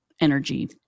energy